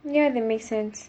ya that makes sense